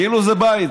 כאילו זה בית,